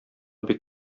бик